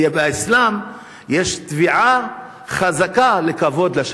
כי באסלאם יש תביעה חזקה לכבוד לשכן.